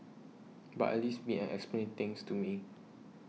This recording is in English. but at least meet and explain things to me